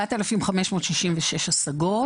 ב-4,566 השגות.